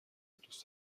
دوست